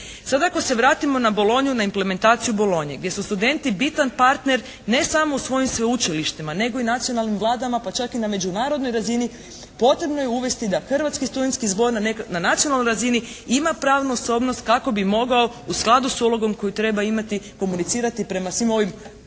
Sad ako se vratimo na Bolognu, na implementaciju Bologne gdje su studenti bitan partner ne samo u svojim sveučilištima, nego i nacionalnim Vladama pa čak i na međunarodnoj razini potrebno je uvesti da Hrvatski studentski zbor na nacionalnoj razini ima pravnu osobnost kako bi mogao u skladu s ulogom koju treba imati komunicirati prema svim ovim unutar